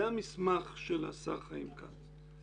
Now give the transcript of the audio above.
זה המסמך של השר חיים כץ.